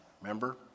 remember